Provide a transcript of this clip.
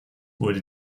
wurde